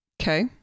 okay